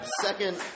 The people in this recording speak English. Second